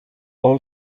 all